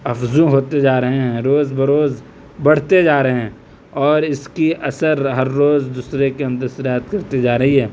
افزوں ہوتے جارہے ہیں روز بروز بڑھتے جارہے ہیں اور اس کی اثر ہر روز دوسرے کے اندر سرایت کرتی جارہی ہے